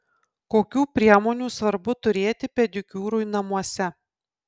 kokių priemonių svarbu turėti pedikiūrui namuose